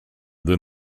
than